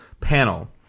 panel